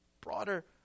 Broader